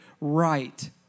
right